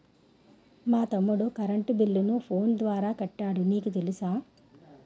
మా తమ్ముడు కరెంటు బిల్లును ఫోను ద్వారా కట్టాడు నీకు తెలుసా